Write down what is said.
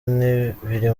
biri